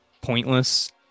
pointless